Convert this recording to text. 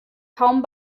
kaum